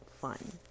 fun